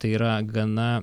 tai yra gana